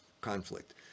conflict